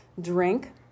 drink